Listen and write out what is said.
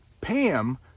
Pam